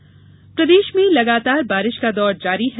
बारिश प्रदेश में लगातार बारिश का दौर जारी है